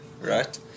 right